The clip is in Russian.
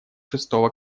шестого